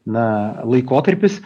na laikotarpis